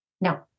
No